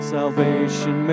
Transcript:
Salvation